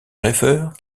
rêveur